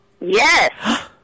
Yes